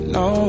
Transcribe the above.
no